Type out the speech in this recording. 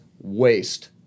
waste